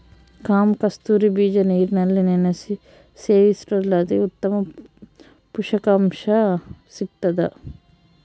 ಕಾಮಕಸ್ತೂರಿ ಬೀಜ ನೀರಿನಲ್ಲಿ ನೆನೆಸಿ ಸೇವಿಸೋದ್ರಲಾಸಿ ಉತ್ತಮ ಪುಷಕಾಂಶ ಸಿಗ್ತಾದ